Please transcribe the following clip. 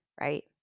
right